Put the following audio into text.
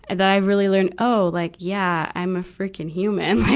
and that i really learned, oh, like yeah. i'm a freaking human.